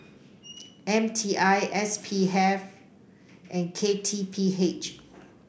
M T I S P F and K T P H